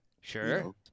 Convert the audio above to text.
sure